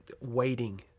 Waiting